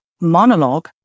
monologue